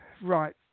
Right